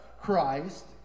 Christ